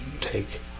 take